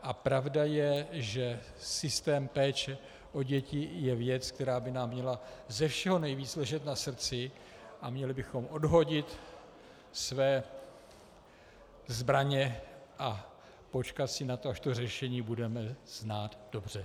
A pravda je, že systém péče o děti je věc, která by nám měla ze všeho nejvíce ležet na srdci, a měli bychom odhodit své zbraně a počkat si na to, až řešení budeme znát dobře.